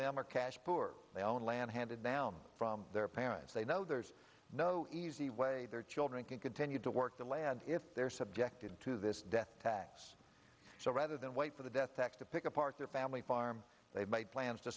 them are cash poor they own land handed down from their parents they know there's no easy way their children can continue to work the land if they're subjected to this death so rather than wait for the death to pick apart their family farm they made plans to